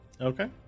Okay